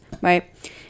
right